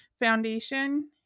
Foundation